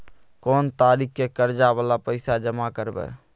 कोन तारीख के कर्जा वाला पैसा जमा करबे?